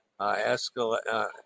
escalate